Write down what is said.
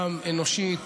גם אנושית,